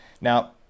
Now